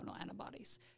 antibodies